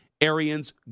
Arians